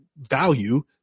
value